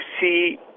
see